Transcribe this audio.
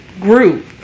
group